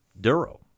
Duro